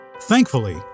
thankfully